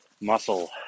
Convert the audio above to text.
muscle